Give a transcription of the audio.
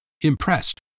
impressed